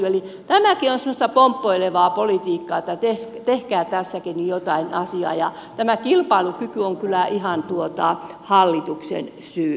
tämäkin on semmoista pomppoilevaa politiikkaa tehkää tässäkin nyt jotain asiaa ja tämä kilpailukyky on kyllä ihan hallituksen syy